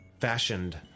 fashioned